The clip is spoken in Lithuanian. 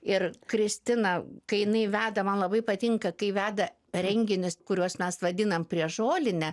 ir kristina kai jinai veda man labai patinka kai veda renginius kuriuos mes vadinam prieš žolinę